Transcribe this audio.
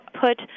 put